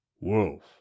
wolf